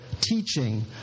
teaching